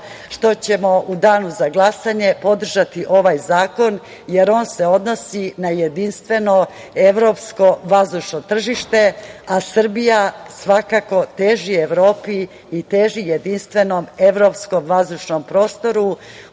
što ćemo u danu za glasanje podržati ovaj zakon, jer on se odnosi na jedinstveno, evropsko, vazdušno tržište, a Srbija svako teži Evropi i teži jedinstvenom, evropskom vazdušnom prostoru